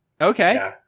Okay